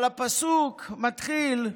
אבל הפסוק מתחיל כך: